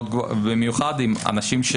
במיוחד עם אנשים,